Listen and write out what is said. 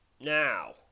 Now